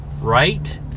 right